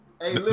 Hey